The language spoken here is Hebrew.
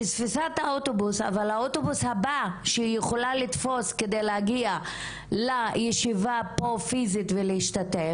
אבל האוטובוס הבא שהיא יכולה לתפוס כדי להגיע לישיבה פה פיזית ולהשתתף,